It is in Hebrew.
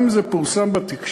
גם אם זה פורסם בתקשורת